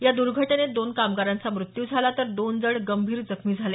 या दुर्घटनेत दोन कामगारांचा मृत्यू झाला तर दोन जण गंभीर जखमी झाले